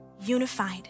unified